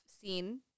seen